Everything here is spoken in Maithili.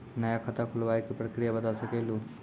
नया खाता खुलवाए के प्रक्रिया बता सके लू?